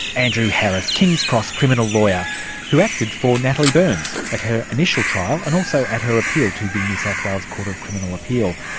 andrew harris, kings cross criminal lawyer who acted for natalie byrnes at her initial trial and also at her appeal to the new south wales court of criminal appeal.